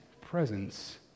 presence